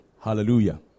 Hallelujah